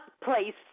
place